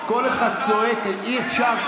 כל אחד צועק, אי-אפשר כך.